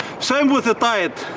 same with the diet,